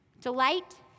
Delight